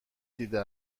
دیده